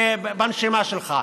בנשימה שלך.